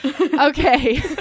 Okay